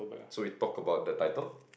so we talk about the title